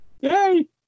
Yay